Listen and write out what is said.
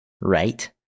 right